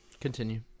Continue